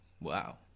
Wow